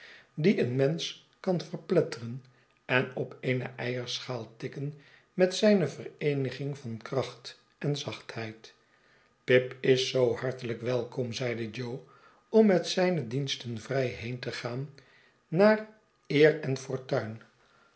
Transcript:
die een menscb kan verpletteren en op eene eierschaal tikken met zijne vereeniging van kracht en zachtheid pip is zoo hartelijk welkom zeide jo om met zijne diensten vrij heen te gaan naar eer en fortuin